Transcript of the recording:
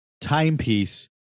timepiece